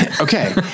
Okay